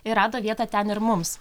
ir rado vietą ten ir mums